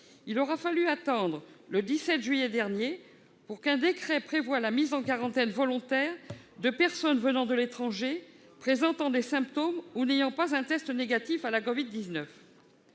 Il aura fallu attendre le 17 juillet dernier pour qu'un décret prévoie la mise en quarantaine volontaire de personnes venant de l'étranger présentant des symptômes ou n'ayant pas un test négatif à la covid-19.